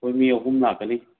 ꯑꯩꯈꯣꯏ ꯃꯤ ꯑꯍꯨꯝ ꯂꯥꯛꯀꯅꯤ